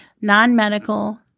non-medical